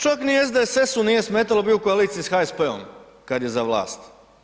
Čak ni SDSS-u nije smetalo, bio je u koaliciji s HSP-om, kad je za vlast.